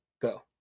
go